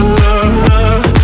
love